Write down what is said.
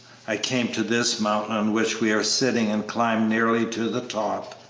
i came to this mountain on which we are sitting and climbed nearly to the top.